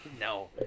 No